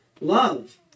love